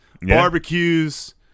Barbecues